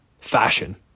fashion